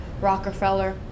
Rockefeller